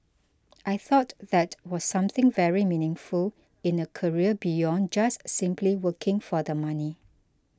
I thought that was something very meaningful in a career beyond just simply working for the money